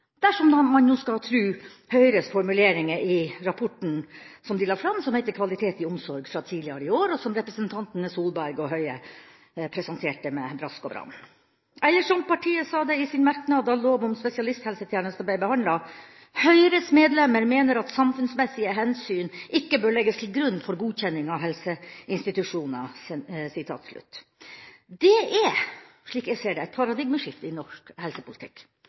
dersom man nå skal tro Høyres formuleringer i rapporten «Kvalitet i omsorg», som de la fram tidligere i år, og som representantene Solberg og Høie presenterte med brask og bram. Eller som partiet sa det i sin merknad da lov om spesialisthelsetjenester ble behandlet: «Komiteens medlemmer fra Høyre mener samfunnsmessige hensyn ikke bør legges til grunn for godkjenning av helseinstitusjoner.» Det er, slik jeg ser det, et paradigmeskifte i norsk helsepolitikk,